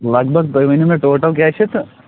لگ بگ تُہۍ ؤنِو مےٚ ٹوٹل کیٛاہ چھِ تہٕ